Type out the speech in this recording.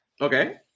Okay